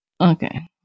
okay